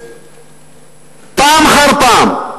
פעם אחר פעם.